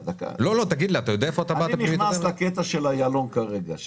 אני נכנס לקטע של איילון כרגע.